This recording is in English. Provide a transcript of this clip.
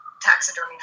taxidermy